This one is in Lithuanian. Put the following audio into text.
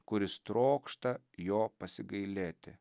kuris trokšta jo pasigailėti